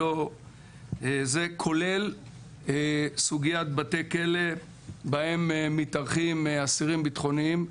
כולל סוגיית בתי כלא בהם מתארחים אסירים ביטחוניים.